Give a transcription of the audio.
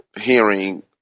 Hearing